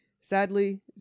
Sadly